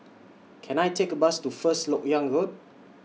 Can I Take A Bus to First Lok Yang Road